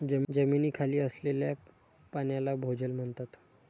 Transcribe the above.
जमिनीखाली असलेल्या पाण्याला भोजल म्हणतात